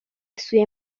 سوی